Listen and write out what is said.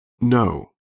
no